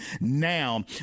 now